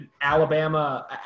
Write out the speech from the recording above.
Alabama